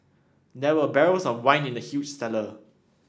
there were barrels of wine in the huge cellar